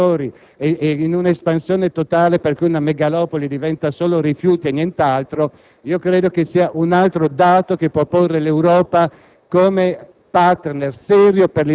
sui propri rifiuti e inceneritori, in un'espansione totale, per cui una megalopoli diventa solo rifiuti e nient'altro - è un altro dato che può porre l'Europa